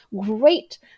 great